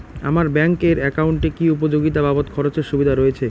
আমার ব্যাংক এর একাউন্টে কি উপযোগিতা বাবদ খরচের সুবিধা রয়েছে?